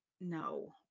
no